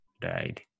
died